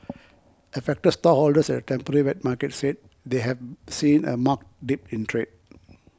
affected stallholders at the temporary wet market said they have seen a marked dip in trade